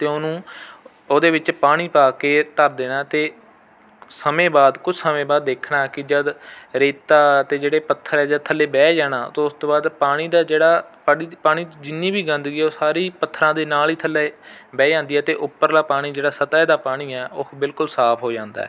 ਅਤੇ ਉਹਨੂੰ ਉਹਦੇ ਵਿੱਚ ਪਾਣੀ ਪਾ ਕੇ ਧਰ ਦੇਣਾ ਅਤੇ ਸਮੇਂ ਬਾਅਦ ਕੁਝ ਸਮੇਂ ਬਾਅਦ ਦੇਖਣਾ ਕਿ ਜਦ ਰੇਤਾ ਅਤੇ ਜਿਹੜੇ ਪੱਥਰ ਹੈ ਥੱਲੇ ਬਹਿ ਜਾਣਾ ਅਤੇ ਉਸਤੋਂ ਬਾਅਦ ਪਾਣੀ ਦਾ ਜਿਹੜਾ ਪਾਣੀ ਜਿੰਨੀ ਵੀ ਗੰਦਗੀ ਹੈ ਉਹ ਪੱਥਰਾਂ ਦੇ ਨਾਲ ਥੱਲੇ ਬਹਿ ਜਾਂਦੀ ਹੈ ਅਤੇ ਉਪਰਲਾ ਪਾਣੀ ਜਿਹੜਾ ਸਤਹਿ ਦਾ ਪਾਣੀ ਹੈ ਉਹ ਬਿਲਕੁਲ ਸਾਫ਼ ਹੋ ਜਾਂਦਾ